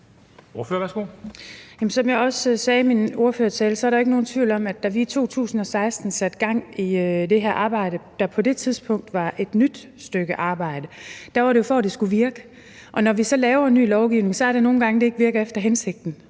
som jeg også sagde i min ordførertale, er der jo ikke nogen tvivl om, at da vi i 2016 satte gang i det her arbejde, der på det tidspunkt var et nyt stykke arbejde, var det, for at det skulle virke. Og når vi laver ny lovgivning, er det nogle gange, det ikke virker efter hensigten,